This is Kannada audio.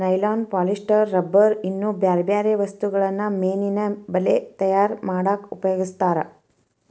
ನೈಲಾನ್ ಪಾಲಿಸ್ಟರ್ ರಬ್ಬರ್ ಇನ್ನೂ ಬ್ಯಾರ್ಬ್ಯಾರೇ ವಸ್ತುಗಳನ್ನ ಮೇನಿನ ಬಲೇ ತಯಾರ್ ಮಾಡಕ್ ಉಪಯೋಗಸ್ತಾರ